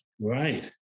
Right